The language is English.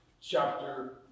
chapter